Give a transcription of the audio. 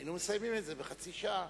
היינו מסיימים את זה בחצי שעה.